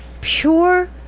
pure